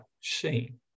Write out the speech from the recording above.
seen